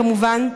כמובן.